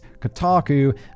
kotaku